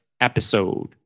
episode